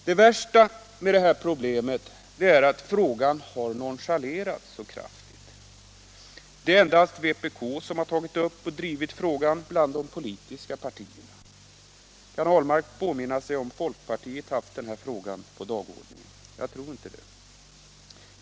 Det värsta med det här problemet är att frågan har nonchalerats så kraftigt. Det är endast vpk bland de politiska partierna som har tagit upp och drivit frågan. Kan herr Ahlmark påminna sig om folkpartiet haft den här frågan på dagordningen? Jag tror inte det.